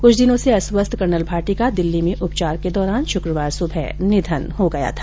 कुछ दिनों से अस्वस्थ कर्नल भाटी का दिल्ली में उपचार के दौरान शुक्रवार सुबह निधन हो गया था